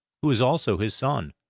who was also his son.